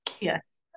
yes